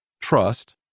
trust